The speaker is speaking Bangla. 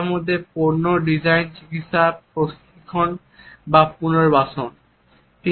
যার মধ্যে পণ্য ডিজাইন চিকিৎসা প্রশিক্ষক এবং পুনর্বাসন রয়েছে